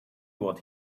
what